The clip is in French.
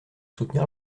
soutenir